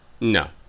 No